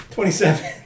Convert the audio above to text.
Twenty-seven